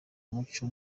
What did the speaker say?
umuco